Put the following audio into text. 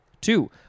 Two